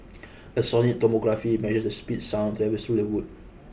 a sonic tomography measures the speed sound travel through the wood